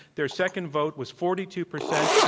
their second vote was forty two percent.